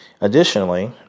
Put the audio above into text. Additionally